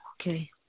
okay